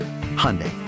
Hyundai